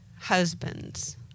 husbands